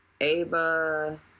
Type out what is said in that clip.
Ava